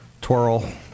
Twirl